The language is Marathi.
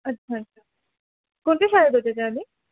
अच्छा कोणत्या शाळेत होते ते आधी